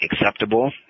acceptable